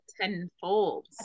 tenfold